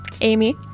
Amy